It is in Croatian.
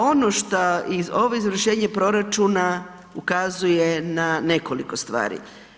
Ono što i ovo izvršenje proračuna ukazuje na nekoliko stvari.